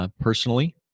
Personally